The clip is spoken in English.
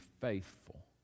faithful